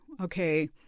okay